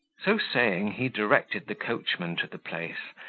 so saying, he directed the coachman to the place,